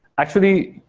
actually,